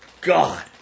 god